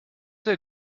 der